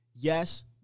yes